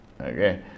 okay